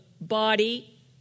body